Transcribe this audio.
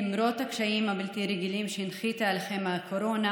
למרות הקשיים הבלתי-רגילים שהנחיתה עליכם הקורונה